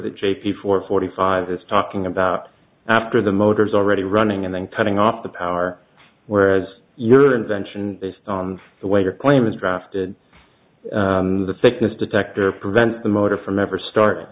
that j p four forty five is talking about after the motors already running and then cutting off the power whereas your invention based on the way your claim is drafted and the thickness detector prevent the motor from ever start